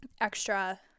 extra